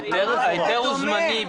ההיתר הוא זמני.